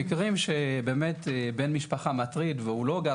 במקרים שבהם באמת בן המשפחה הוא המטריד והוא לא גר